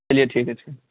چلیے ٹھیک ہے ٹھیک